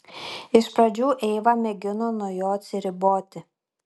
iš pradžių eiva mėgino nuo jo atsiriboti